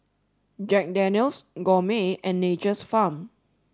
Jack Daniel's Gourmet and Nature's Farm